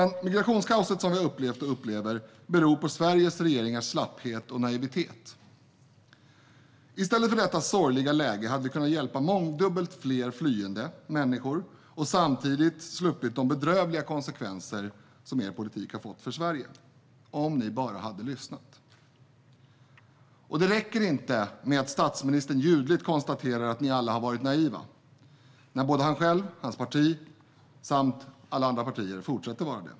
Det migrationskaos som vi har upplevt och upplever beror på Sveriges regeringars slapphet och naivitet. I stället för detta sorgliga läge hade vi kunnat hjälpa mångdubbelt fler flyende människor och samtidigt sluppit de bedrövliga konsekvenser som er politik fått för Sverige, om ni bara hade lyssnat. Och det räcker inte med att statsministern ljudligt konstaterar att ni alla har varit naiva, när både han själv, hans parti och alla andra partier fortsätter att vara det.